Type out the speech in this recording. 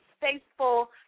faithful